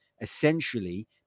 essentially